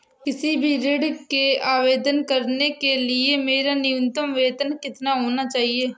किसी भी ऋण के आवेदन करने के लिए मेरा न्यूनतम वेतन कितना होना चाहिए?